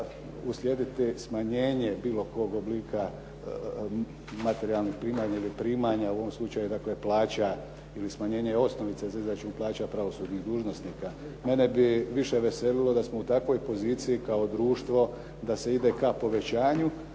uslijediti smanjenje bilo kog oblika materijalnih primanja ili primanja u ovom slučaju plaća ili smanjenje osnovice za izračun plaća pravosudnih dužnosnika. Mene bi više veselilo da smo u takvoj poziciji kao društvo da se ide ka povećanu,